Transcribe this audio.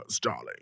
darling